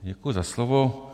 Děkuji za slovo.